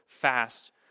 fast